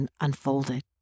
unfolded